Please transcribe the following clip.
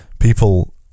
People